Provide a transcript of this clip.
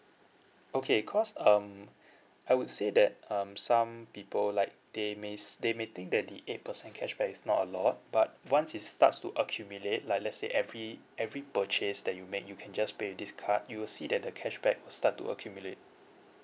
okay cause um I would say that um some people like they may s~ they may think that the eight percent cashback is not a lot but once it starts to accumulate like let's say every every purchase that you make you can just pay with this card you will see that the cashback will start to accumulate